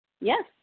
Yes